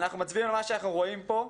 אנחנו מצביעים על מה שאנחנו רואים פה,